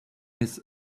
his